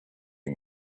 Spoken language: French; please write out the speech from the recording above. des